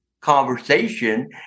conversation